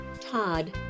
Todd